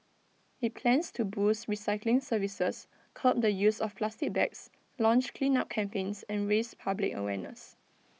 IT plans to boost recycling services curb the use of plastic bags launch cleanup campaigns and raise public awareness